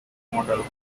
model